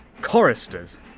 Choristers